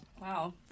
Wow